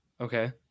Okay